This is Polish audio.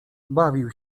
bawił